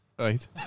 Right